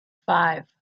five